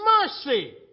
mercy